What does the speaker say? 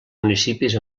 municipis